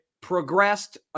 progressed